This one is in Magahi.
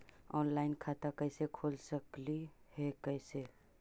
ऑनलाइन खाता कैसे खोल सकली हे कैसे?